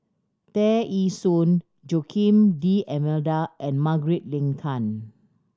Tear Ee Soon Joaquim D'Almeida and Margaret Leng Tan